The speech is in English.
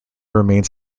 remains